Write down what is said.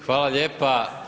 Hvala lijepa.